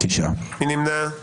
מי נמנע?